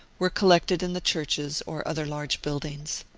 were collected in the churches or other large buildings.